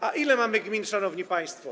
A ile mamy gmin, szanowni państwo?